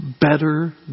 Better